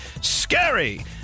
Scary